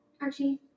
Archie